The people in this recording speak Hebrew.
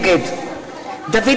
נגד דוד